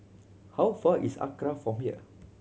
how far is ACRA from here